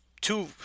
two